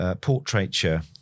Portraiture